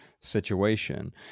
situation